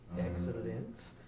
Excellent